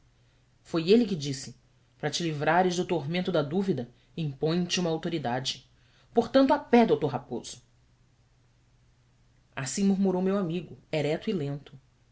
foi ele que disse para te livrares do tormento da dúvida impõe te uma autoridade portanto a pé d raposo assim murmurou o meu amigo ereto e lento